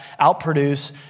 outproduce